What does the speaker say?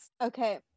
Okay